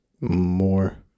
more